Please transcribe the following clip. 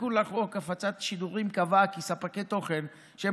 התיקון לחוק הפצת שידורים קבע כי ספקי תוכן שהם